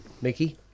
Mickey